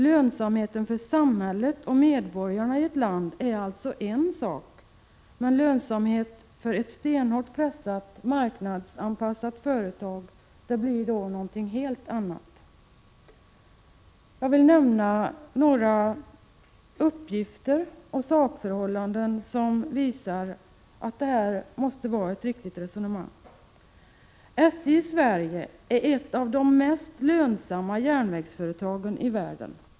Lönsamheten för samhället och medborgarna i ett land är alltså en sak — lönsamhet för ett stenhårt marknadsanpassat företag är något helt annat. Jag vill nämna några uppgifter och sakförhållanden som visar att detta måste vara ett riktigt resonemang. O SJ i Sverige är ett av de mest lönsamma järnvägsföretagen i världen.